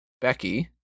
Becky